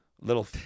little